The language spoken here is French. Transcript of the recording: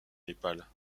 népal